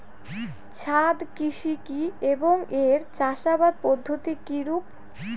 ছাদ কৃষি কী এবং এর চাষাবাদ পদ্ধতি কিরূপ?